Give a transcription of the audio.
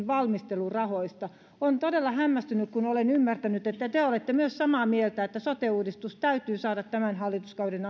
valmistelurahoista olen todella hämmästynyt kun olen ymmärtänyt että te olette myös samaa mieltä että sote uudistus täytyy saada tämän hallituskauden